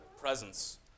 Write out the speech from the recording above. presence